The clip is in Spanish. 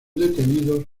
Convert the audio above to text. detenidos